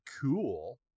cool